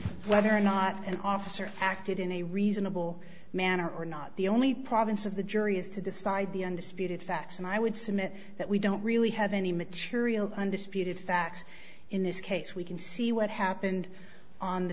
whether or not an officer acted in a reasonable manner or not the only province of the jury is to decide the undisputed facts and i would submit that we don't really have any material undisputed facts in this case we can see what happened on the